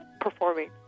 performing